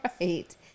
right